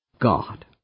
God